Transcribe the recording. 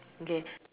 okay